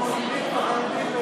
לך לשבת איתו.